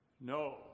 No